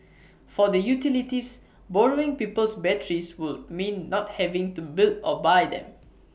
for the utilities borrowing people's batteries would mean not having to build or buy them